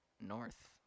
north